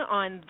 on